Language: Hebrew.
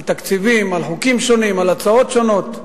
על תקציבים, על חוקים שונים, על הצעות שונות.